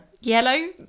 Yellow